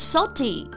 Salty